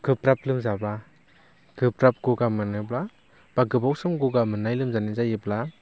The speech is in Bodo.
गोब्राब लोमजाबा गोब्राब ग'गा मोनोब्ला बा गोबाव सम ग'गा मोननाय लोमजानाय जायोब्ला